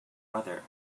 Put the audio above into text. mother